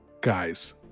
Guys